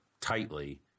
tightly